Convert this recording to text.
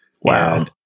Wow